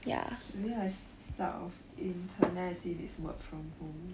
maybe I start of intern then I see if it's work from home